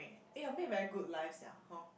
eh your maid very good life sia hor